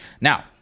Now